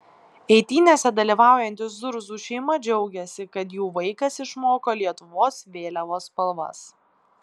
eitynėse dalyvaujanti zurzų šeima džiaugiasi kad jų vaikas išmoko lietuvos vėliavos spalvas